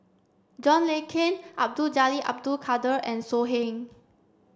John Le Cain Abdul Jalil Abdul Kadir and So Heng